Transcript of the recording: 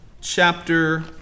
chapter